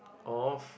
of